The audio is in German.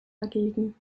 dagegen